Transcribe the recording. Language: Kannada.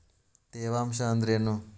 ತೇವಾಂಶ ಅಂದ್ರೇನು?